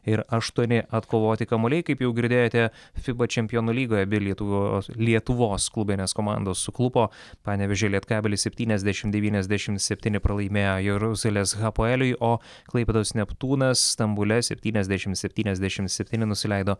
ir aštuoni atkovoti kamuoliai kaip jau girdėjote fiba čempionų lygoje abi lietuvos lietuvos klubinės komandos suklupo panevėžio lietkabelis septyniasdešim devyniasdešim septyni pralaimėjo jeruzalės hapoeliui o klaipėdos neptūnas stambule septyniasdešim septyniasdešim septyni nusileido